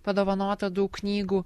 padovanota daug knygų